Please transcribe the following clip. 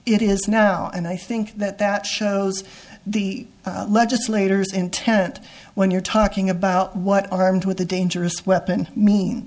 it is now and i think that that shows the legislators intent when you're talking about what an armed with a dangerous weapon means